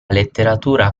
letteratura